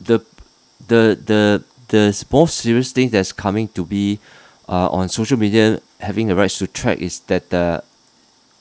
the the the the most serious thing that's coming to be uh on social media having the rights to track is that the